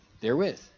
therewith